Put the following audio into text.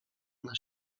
ona